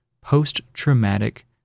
Post-Traumatic